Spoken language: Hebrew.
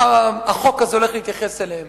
החוק הזה הולך להתייחס אליהם.